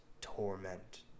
torment